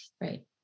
Right